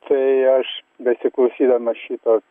tai aš besiklausydamas šitos